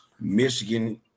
michigan